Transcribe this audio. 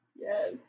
Yes